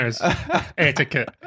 etiquette